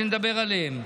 שנדבר עליהם.